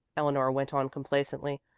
eleanor went on complacently.